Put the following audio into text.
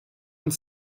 und